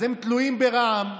אז הם תלויים ברע"מ,